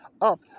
up